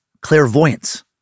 clairvoyance